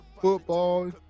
Football